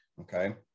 okay